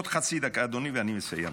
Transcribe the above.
עוד חצי דקה, אדוני, ואני מסיים.